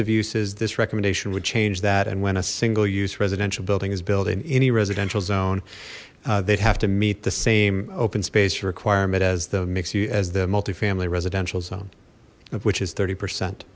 of uses this recommendation would change that and when a single use residential building is built in any residential zone they'd have to meet the same open space requirement as the makes you as the multi family residential zone which is thirty percent